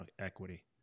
equity